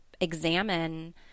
examine